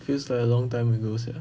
feels like a long time ago sia